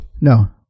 no